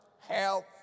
health